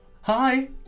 Hi